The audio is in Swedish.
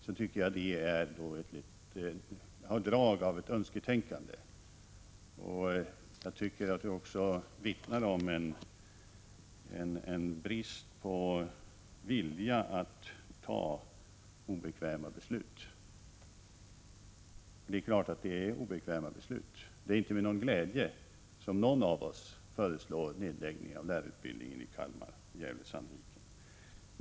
Jag tycker att det har drag av önsketänkande. Det vittnar också om en brist på vilja att ta obekväma beslut. Det är klart att det här är obekväma beslut! Det är inte med någon glädje som någon av oss föreslår nedläggning av lärarutbildningen i Kalmar och Gävle-Sandviken.